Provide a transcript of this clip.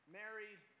married